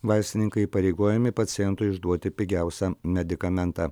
vaistininkai įpareigojami pacientui išduoti pigiausią medikamentą